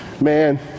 man